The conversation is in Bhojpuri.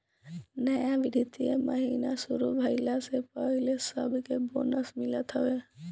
नया वित्तीय महिना शुरू भईला से पहिले सबके बोनस मिलत हवे